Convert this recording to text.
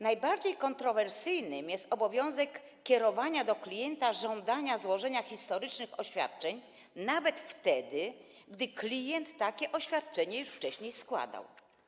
Najbardziej kontrowersyjny jest obowiązek kierowania do klienta żądania złożenia historycznych oświadczeń nawet wtedy, gdy klient już wcześniej takie oświadczenia składał.